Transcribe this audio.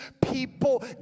people